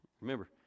Remember